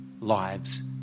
lives